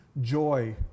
joy